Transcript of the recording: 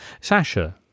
Sasha